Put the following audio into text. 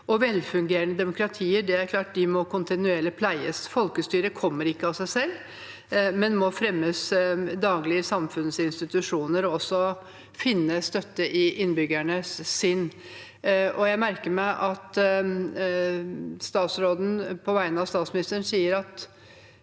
Velfungerende demokratier må pleies kontinuerlig. Folkestyret kommer ikke av seg selv, men må fremmes daglig i samfunnets institusjoner og finne støtte i innbyggernes sinn. Jeg merker meg at statsråden, på vegne av statsministeren, sier at